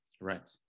Right